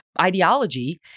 ideology